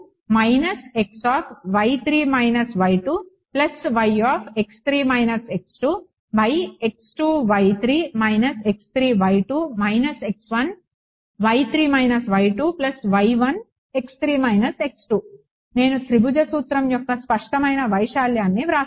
కాబట్టి నేను త్రిభుజ సూత్రం యొక్క స్పష్టమైన వైశాల్యాన్ని వ్రాస్తాను